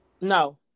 No